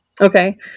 Okay